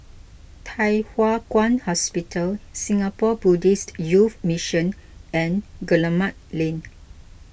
Thye Hua Kwan Hospital Singapore Buddhist Youth Mission and Guillemard Lane